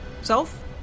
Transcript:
self